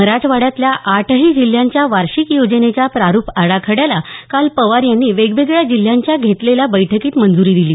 मराठवाड्यातल्या आठही जिल्ह्याच्या वार्षिक योजनेच्या प्रारूप आराखड्याला काल पवार यांनी वेगवेगळ्या जिल्ह्यांच्या घेतलेल्या बैठकीत मंजुरी दिली